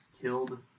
killed